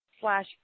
slash